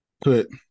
put